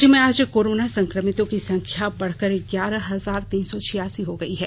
राज्य में आज कोरोना संक्रमितों की संख्या बढ़कर ग्यारह हजार तीन सौ छियासी हो गयी है